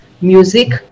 Music